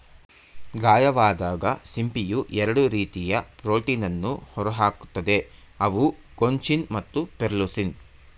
ಗಾಯವಾದಾಗ ಸಿಂಪಿಯು ಎರಡು ರೀತಿಯ ಪ್ರೋಟೀನನ್ನು ಹೊರಹಾಕ್ತದೆ ಅವು ಕೊಂಚಿನ್ ಮತ್ತು ಪೆರ್ಲುಸಿನ್